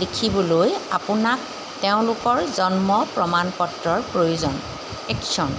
লিখিবলৈ আপোনাক তেওঁলোকৰ জন্ম প্ৰমাণপত্ৰৰ প্ৰয়োজন একশ্বন